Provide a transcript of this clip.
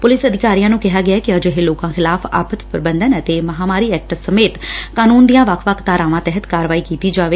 police ਅਧਿਕਾਰੀਆਂ ਨੂੰ ਕਿਹਾ ਗਿਐ ਕਿ ਅਜਿਹੇ ਲੋਕਾਂ ਖ਼ਿਲਾਫ਼ ਆਫ਼ਤ ਪ੍ਰਬੰਧਨ ਅਤੇ ਮਹਾਂਮਾਰੀ ਐਕਟ ਸਮੇਤ ਕਾਨੂੰਨ ਦੀਆਂ ਵੱਖ ਵੱਖ ਧਾਰਾਵਾਂ ਤਹਿਤ ਕਾਰਵਾਈ ਕੀਤੀ ਜਾਵੇ